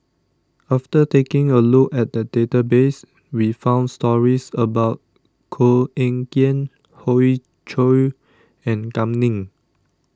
after taking a look at the database we found stories about Koh Eng Kian Hoey Choo and Kam Ning